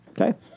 Okay